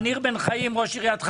ניר בן חיים, ראש עיריית חדרה.